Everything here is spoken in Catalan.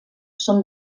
són